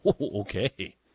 Okay